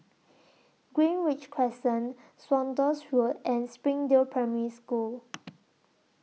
Greenridge Crescent Saunders Road and Springdale Primary School